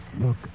Look